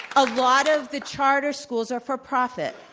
a lot of the charter schools are for profit.